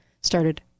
started